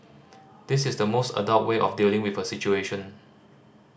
this is the most adult way of dealing with a situation